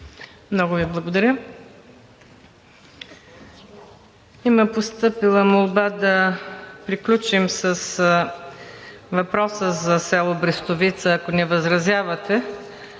Много Ви благодаря. Има постъпила молба да приключим с въпроса за село Брестовица, ако не възразявате,